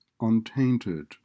untainted